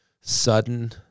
sudden